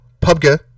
PUBG